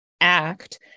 act